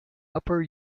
upper